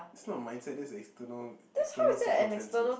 is not mindset that's external external circumstances